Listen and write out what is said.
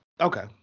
okay